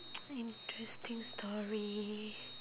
interesting story